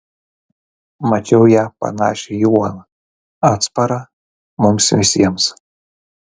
mačiau ją panašią į uolą atsparą mums visiems